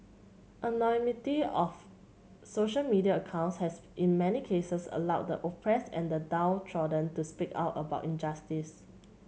anonymity of social media accounts has in many cases allowed the oppressed and the downtrodden to speak out about injustice